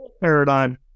paradigm